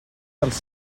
dels